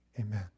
Amen